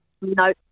No